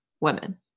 women